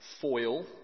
foil